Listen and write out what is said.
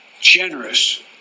generous